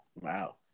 Wow